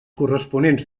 corresponents